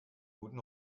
guten